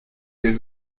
est